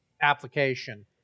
application